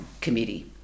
Committee